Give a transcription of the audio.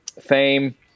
fame